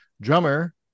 drummer